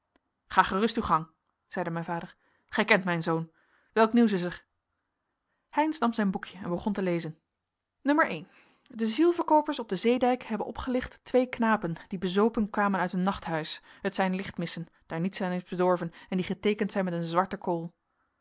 ga gerust uw gang zeide mijn vader gij kent mijn zoon welk nieuws is er heynsz nam zijn boekje en begon te lezen n de zielverkoopers op den zeedijk hebben opgelicht twee knapen die bezopen kwamen uit een nachthuis het zijn lichtmissen daar niets aan is bedorven en die geteekend zijn met een zwarte kool